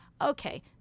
Okay